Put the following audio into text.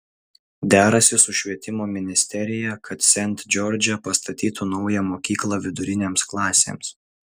derasi su švietimo ministerija kad sent džordže pastatytų naują mokyklą vidurinėms klasėms